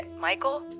Michael